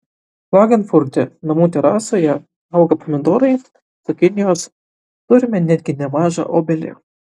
klagenfurte namų terasoje auga pomidorai cukinijos turime netgi nemažą obelį